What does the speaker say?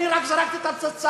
אני רק זרקתי את הפצצה.